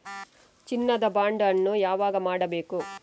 ಚಿನ್ನ ದ ಬಾಂಡ್ ಅನ್ನು ಯಾವಾಗ ಮಾಡಬೇಕು?